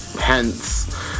hence